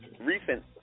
recent